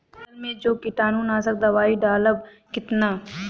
धान के फसल मे जो कीटानु नाशक दवाई डालब कितना?